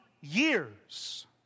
years